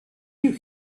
you